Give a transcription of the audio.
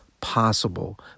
possible